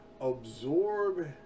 absorb